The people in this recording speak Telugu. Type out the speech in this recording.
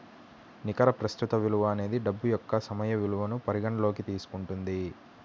నికర ప్రస్తుత విలువ అనేది డబ్బు యొక్క సమయ విలువను పరిగణనలోకి తీసుకుంటుంది